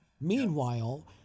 Meanwhile